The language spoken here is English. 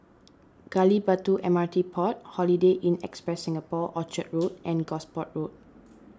Gali Batu M R T pot Holiday Inn Express Singapore Orchard Road and Gosport Road